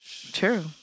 True